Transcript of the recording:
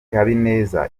habineza